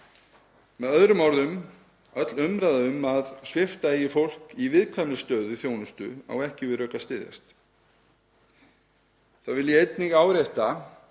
Með öðrum orðum, öll umræða um að svipta eigi fólk í viðkvæmri stöðu þjónustu á ekki við rök að styðjast. Þá vil ég einnig árétta